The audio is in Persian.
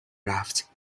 رفت